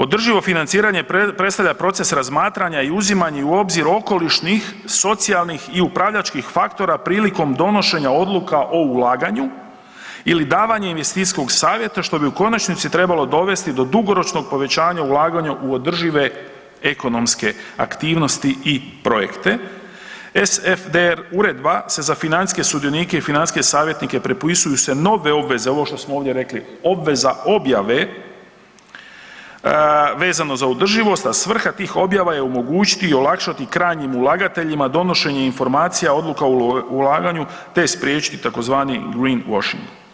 Održivo financiranje predstavlja proces razmatranja i uzimanje u obzir okolišnih socijalnih i upravljačkih faktora prilikom donošenja odluka o ulaganju ili davanja investicijskog savjeta, što bi u konačnici trebalo dovesti do dugoročnog povećanja ulaganja u održive ekonomske aktivnosti i projekte, SFDR uredba se za financijske sudionike i financijske savjetnike propisuju se nove obveze, ovo što smo ovdje rekli, obveza objave vezano za održivost, a svrha tih objava je omogućiti i olakšati krajnjim ulagateljima donošenje informacija, odluka o ulaganju te spriječiti tzv. greenwashing.